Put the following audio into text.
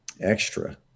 extra